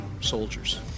soldiers